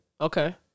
Okay